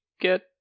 get